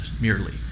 merely